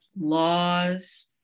laws